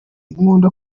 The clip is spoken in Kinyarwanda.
nkunda